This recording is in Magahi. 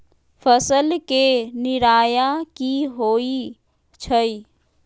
फसल के निराया की होइ छई?